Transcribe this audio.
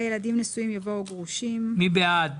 אחרי "מהוריהם" יבוא "הביולוגי או שהיה --- מי בעד,